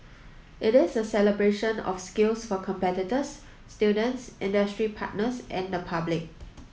it is a celebration of skills for competitors students industry partners and the public